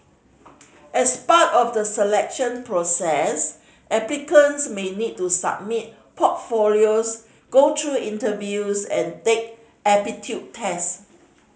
as part of the selection process applicants may need to submit portfolios go through interviews and take aptitude test